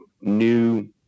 new